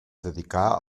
dedicar